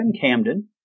Camden